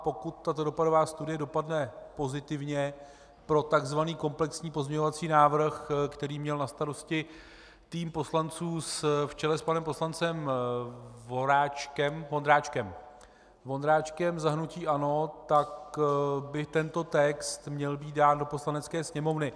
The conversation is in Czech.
Pokud tato dopadová studie dopadne pozitivně pro takzvaný komplexní pozměňovací návrh, který měl na starosti tým poslanců v čele s panem poslancem Vondráčkem z hnutí ANO, tak by tento text měl být dán do Poslanecké sněmovny.